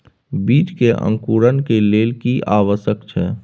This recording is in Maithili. बीज के अंकुरण के लेल की आवश्यक छै?